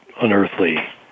unearthly